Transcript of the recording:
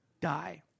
die